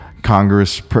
Congress